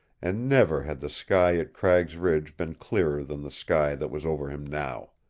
and never had the sky at cragg's ridge been clearer than the sky that was over him now.